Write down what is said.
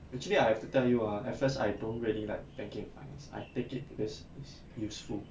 um actually I have to tell you ah at first I don't really like banking and finance I take it because it's useful